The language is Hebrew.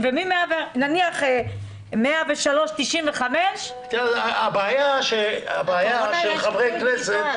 אוקי ונניח 103.95% --- הבעיה של חברי כנסת,